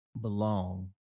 belong